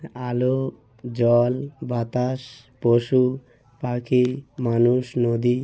আলো জল বাতাস পশু পাখি মানুষ নদী